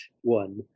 one